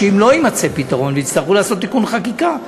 שאם לא יימצא פתרון ויצטרכו לעשות תיקון חקיקה,